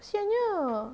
kesiannya